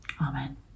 Amen